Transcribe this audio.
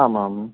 आम् आम्